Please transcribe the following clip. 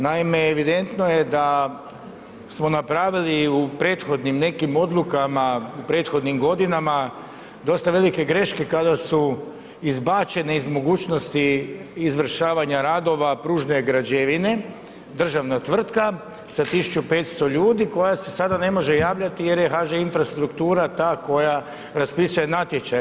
Naime, evidentno je da smo napravili u prethodnim nekim odlukama u prethodnim godinama dosta velike greške kada su izbačene iz mogućnosti izvršavanja radova pružne građevine, državna tvrtka sa 1500 ljudi koja se sada ne može javljati jer je HŽ Infrastruktura ta koja raspisuje natječaj.